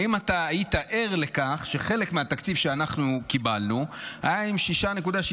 האם היית ער לכך שחלק מהתקציב שקיבלנו היה עם 6.6